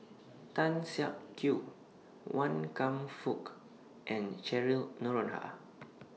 Tan Siak Kew Wan Kam Fook and Cheryl Noronha